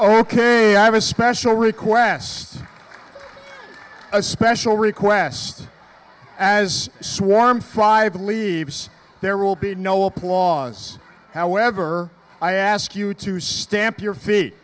ok i have a special request a special request as swarm fly believes there will be no applause however i ask you to stamp your feet